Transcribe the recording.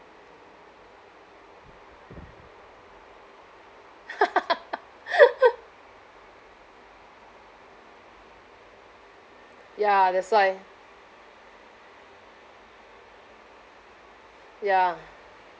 ya that's why ya